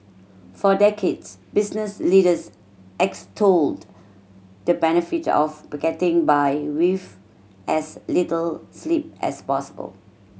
for decades business leaders extolled the benefits of the getting by with as little sleep as possible